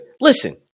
Listen